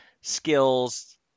skills